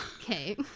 Okay